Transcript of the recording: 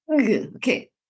okay